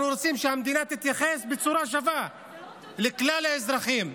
אנחנו רוצים שהמדינה תתייחס בצורה שווה לכלל האזרחים,